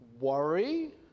worry